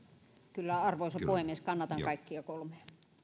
kyllä arvoisa puhemies kannatan kaikkia kolmea